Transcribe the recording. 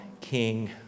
king